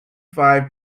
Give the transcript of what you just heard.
five